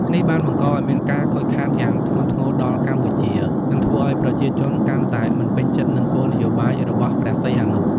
នេះបានបង្កឱ្យមានការខូចខាតយ៉ាងធ្ងន់ធ្ងរដល់កម្ពុជា និងធ្វើឱ្យប្រជាជនកាន់តែមិនពេញចិត្តនឹងគោលនយោបាយរបស់ព្រះសីហនុ។